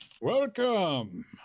Welcome